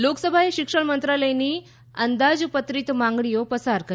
શિક્ષણ લોકસભાએ શિક્ષણ મંત્રાલયની અંદાજ્પત્રિત માંગણીઓ પસાર કરી